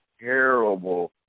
terrible